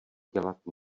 dělat